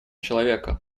человека